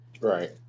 Right